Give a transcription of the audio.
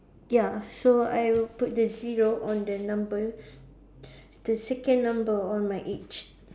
ya so I would put the zero on the number the second number on my age